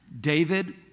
David